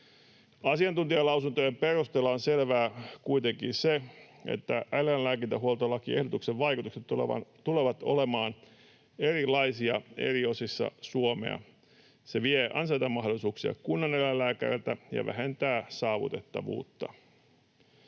Asiantuntijalausuntojen perusteella on selvää kuitenkin se, että eläinlääkintähuoltolakiehdotuksen vaikutukset tulevat olemaan erilaisia eri osissa Suomea. Se vie ansaintamahdollisuuksia kunnaneläinlääkäreiltä ja vähentää saavutettavuutta.